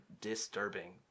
disturbing